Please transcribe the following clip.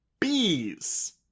bees